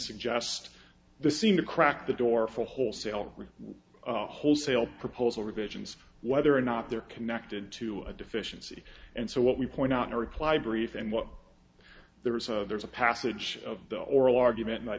suggest the seem to crack the door for a wholesale wholesale proposal revisions whether or not they're connected to a deficiency and so what we point out in a reply brief and what there is there's a passage of the oral argument